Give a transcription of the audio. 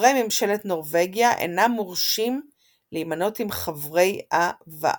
חברי ממשלת נורווגיה אינם מורשים להימנות עם חברי הוועדה.